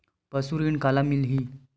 पशु ऋण काला मिलही?